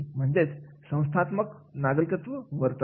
म्हणजेच संस्थात्मक नागरिकत्व वर्तन